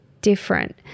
different